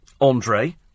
Andre